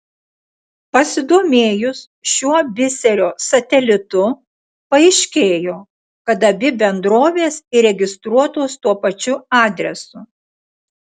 pasidomėjus šiuo biserio satelitu paaiškėjo kad abi bendrovės įregistruotos tuo pačiu adresu